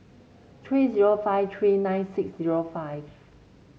three zero five three nine six zero five